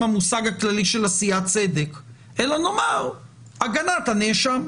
המושג הכללי של עשיית צדק אלא נאמר הגנת הנאשם.